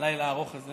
הלילה הארוך הזה